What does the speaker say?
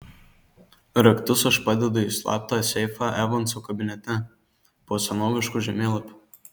raktus aš padedu į slaptą seifą evanso kabinete po senovišku žemėlapiu